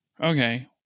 Okay